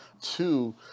Two